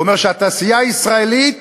הוא אמר: שהתעשייה הישראלית